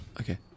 Okay